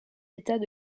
état